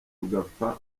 tugapfa